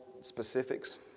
specifics